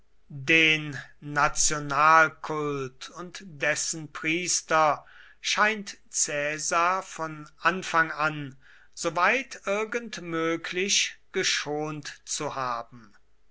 den nationalkult und dessen priester scheint caesar von anfang an soweit irgend möglich geschont zu haben